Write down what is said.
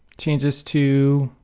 changes to